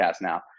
now